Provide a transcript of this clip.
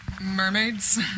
Mermaids